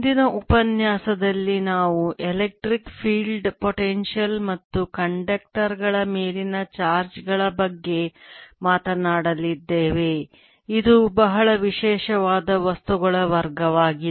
ಇಂದಿನ ಉಪನ್ಯಾಸದಲ್ಲಿ ನಾವು ಎಲೆಕ್ಟ್ರಿಕ್ ಫೀಲ್ಡ್ ಪೊಟೆನ್ಷಿಯಲ್ ಮತ್ತು ಕಂಡಕ್ಟರ್ಗಳ ಮೇಲಿನ ಚಾರ್ಜ್ಗಳ ಬಗ್ಗೆ ಮಾತನಾಡಲಿದ್ದೇವೆ ಇದು ಬಹಳ ವಿಶೇಷವಾದ ವಸ್ತುಗಳ ವರ್ಗವಾಗಿದೆ